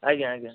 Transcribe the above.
ଆଜ୍ଞା ଆଜ୍ଞା